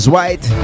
white